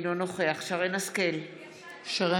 אינו נוכח שרן מרים השכל,